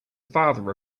father